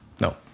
no